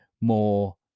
more